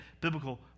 biblical